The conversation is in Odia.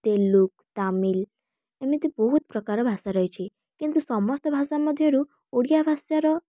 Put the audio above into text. ତେଲୁଗୁ ତାମିଲ ଏମିତି ବହୁତ ପ୍ରକାର ଭାଷା ରହିଛି କିନ୍ତୁ ସମସ୍ତ ଭାଷା ମଧ୍ୟରୁ ଓଡ଼ିଆ ଭାଷାର